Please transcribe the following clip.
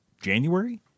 January